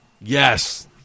Yes